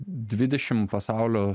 dvidešimt pasaulio